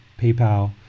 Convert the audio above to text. PayPal